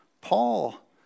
Paul